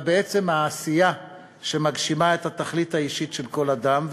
בעצם העשייה שמגשימה את התכלית האישית של כל אדם,